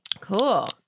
Cool